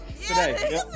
Today